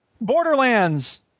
Borderlands